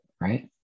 right